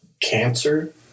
Cancer